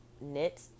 knit